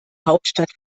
hauptstadt